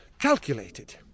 calculated